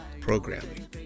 programming